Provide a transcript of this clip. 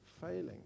failing